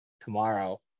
tomorrow